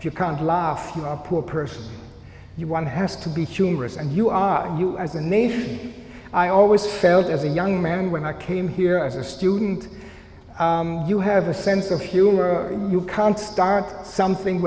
if you can't laugh a poor person you one has to be humorous and you are you as a nation i always felt as a young man when i came here as a student you have a sense of humor you can start something